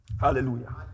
Hallelujah